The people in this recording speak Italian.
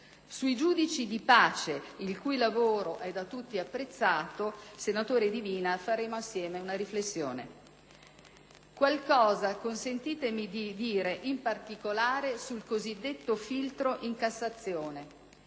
Sui giudici di pace, il cui lavoro è da tutti apprezzato, senatore Divina, faremo assieme una riflessione. Qualcosa consentitemi di dire in particolare sul cosiddetto filtro in Cassazione: